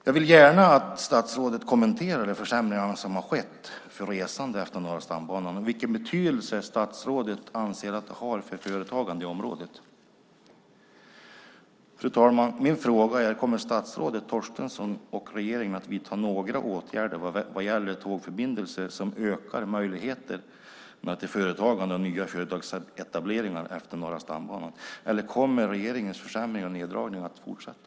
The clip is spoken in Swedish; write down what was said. Jag vill gärna att statsrådet kommenterar de försämringar som har skett för resande på Norra stambanan och vilken betydelse statsrådet anser att det har för företagandet i området. Fru talman! Kommer statsrådet Torstensson och regeringen att vidta några åtgärder vad gäller tågförbindelser för att öka möjligheterna till företagande och nya företagsetableringar utefter Norra stambanan? Eller kommer regeringens försämringar och neddragningar att fortsätta?